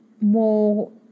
more